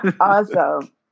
Awesome